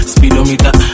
Speedometer